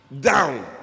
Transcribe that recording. down